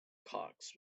cox